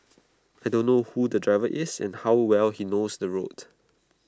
I don't know who the driver is and how well he knows the roads